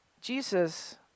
Jesus